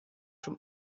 from